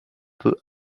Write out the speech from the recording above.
peu